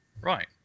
right